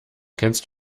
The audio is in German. kennst